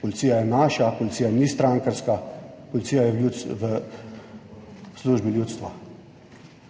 Policija je naša, policija ni strankarska, policija je v službi ljudstva.